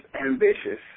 ambitious